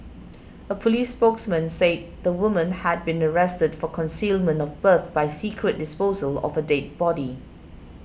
a police spokesman said the woman had been arrested for concealment of birth by secret disposal of a dead body